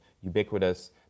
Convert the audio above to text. ubiquitous